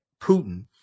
Putin